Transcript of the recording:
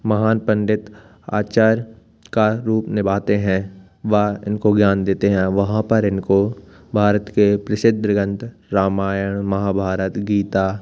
महान पंडित आचार्य का रूप निभाते हैं वह इनको ज्ञान देते हैं वहाँ पर इनको भारत के प्रसिद्ध ग्रंथ रामायण महाभारत गीता